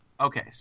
Okay